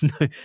no